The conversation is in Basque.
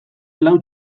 lau